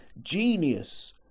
genius